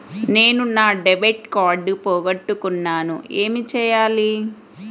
నేను నా debit card పోగొట్టుకున్నాను ఏమి చేయాలి?